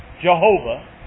Jehovah